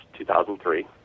2003